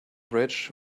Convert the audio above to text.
bridge